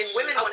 women